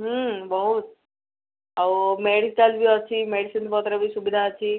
ହଁ ବହୁତ ଆଉ ମେଡ଼ିକାଲ୍ ବି ଅଛି ମେଡ଼ିସିନ୍ ପତ୍ର ବି ସୁବିଧା ଅଛି